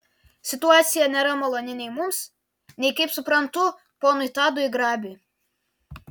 situacija nėra maloni nei mums nei kaip suprantu ponui tadui grabiui